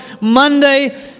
Monday